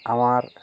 আমার